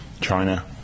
China